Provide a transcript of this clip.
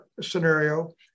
scenario